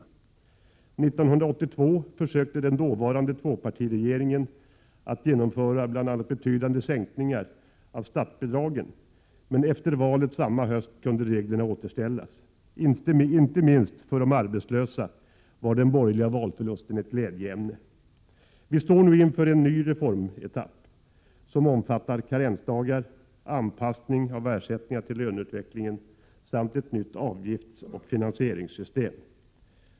År 1982 försökte den dåvarande tvåpartiregeringen att genomföra bl.a. betydande sänkningar av statsbidragen, men efter valet samma höst kunde reglerna återställas. Inte minst för de arbetslösa var den borgerliga valförlusten ett glädjeämne. Vi står nu inför en ny reformetapp, som omfattar karensdagar, anpassning av ersättningar till löneutvecklingen samt ett nytt avgiftsoch finansierings 105 system.